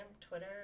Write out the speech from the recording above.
Twitter